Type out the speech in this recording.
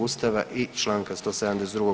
Ustava i Članka 172.